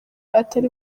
atari